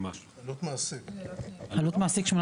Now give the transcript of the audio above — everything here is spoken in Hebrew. עלות מעסיק 8,400,